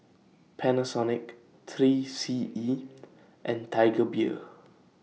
Panasonic three C E and Tiger Beer